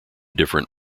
different